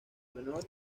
menor